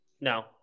No